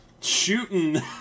shooting